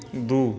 दू